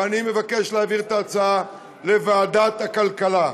אני מבקש להעביר את ההצעה לוועדת הכלכלה.